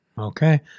okay